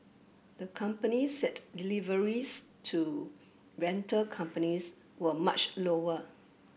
the company said deliveries to rental companies were much lower